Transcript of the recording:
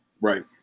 Right